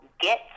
get